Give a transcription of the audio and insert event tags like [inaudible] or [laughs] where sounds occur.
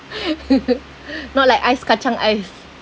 [laughs] not like ice kacang ice